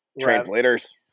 Translators